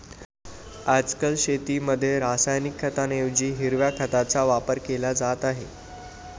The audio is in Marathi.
आजकाल शेतीमध्ये रासायनिक खतांऐवजी हिरव्या खताचा वापर केला जात आहे